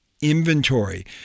inventory